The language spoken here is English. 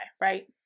right